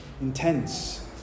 intense